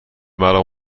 مرا